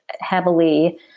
heavily